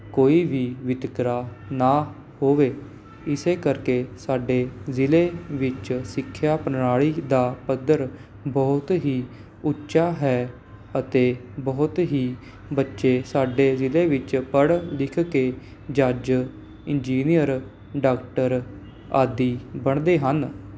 ਕੋਈ ਵੀ ਵਿਤਕਰਾ ਨਾ ਹੋਵੇ ਇਸ ਕਰਕੇ ਸਾਡੇ ਜ਼ਿਲ੍ਹੇ ਵਿੱਚ ਸਿੱਖਿਆ ਪ੍ਰਣਾਲੀ ਦਾ ਪੱਧਰ ਬਹੁਤ ਹੀ ਉੱਚਾ ਹੈ ਅਤੇ ਬਹੁਤ ਹੀ ਬੱਚੇ ਸਾਡੇ ਜ਼ਿਲ੍ਹੇ ਵਿੱਚ ਪੜ੍ਹ ਲਿਖ ਕੇ ਜੱਜ ਇੰਜੀਨੀਅਰ ਡਾਕਟਰ ਆਦਿ ਬਣਦੇ ਹਨ